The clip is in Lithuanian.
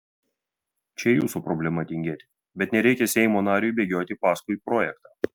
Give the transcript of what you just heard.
čia jūsų problema tingėti bet nereikia seimo nariui bėgioti paskui projektą